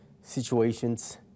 situations